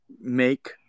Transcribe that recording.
make